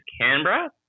Canberra